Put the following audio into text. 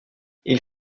ils